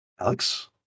Alex